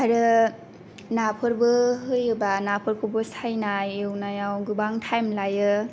आरो नाफोरबो होयोबा नाफोरखौबो सायनाय एवनायाव गोबां थाइम लायो